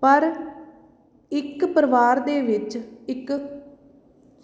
ਪਰ ਇੱਕ ਪਰਿਵਾਰ ਦੇ ਵਿੱਚ ਇੱਕ